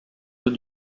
eaux